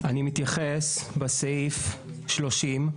אני מתייחס בסעיף 30,